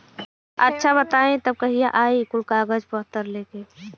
अच्छा बताई तब कहिया आई कुल कागज पतर लेके?